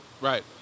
Right